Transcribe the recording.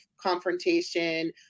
confrontation